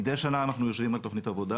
מידי שנה אנחנו יושבים על תוכנית עבודה,